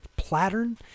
Plattern